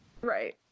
Right